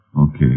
Okay